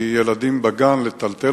כי לטלטל